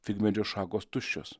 figmedžio šakos tuščios